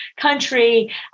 country